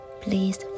Please